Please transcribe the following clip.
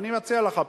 אני מציע לך פתרון: